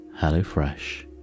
HelloFresh